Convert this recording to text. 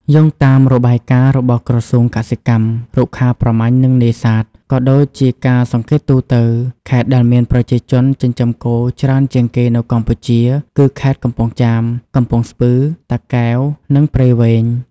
យោងតាមរបាយការណ៍របស់ក្រសួងកសិកម្ម រុក្ខាប្រមាញ់ និងនេសាទ ក៏ដូចជាការសង្កេតទូទៅ ខេត្តដែលមានប្រជាជនចិញ្ចឹមគោច្រើនជាងគេនៅកម្ពុជាគឺ ខេត្តកំពង់ចាម កំពង់ស្ពឺ តាកែវ និងព្រៃវែង។